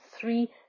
three